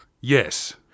Yes